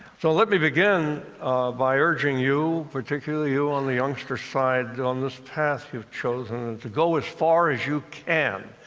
so let me begin by urging you, particularly you on the youngsters' side, on this path you've chosen, to go as far as you can.